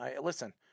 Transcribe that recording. Listen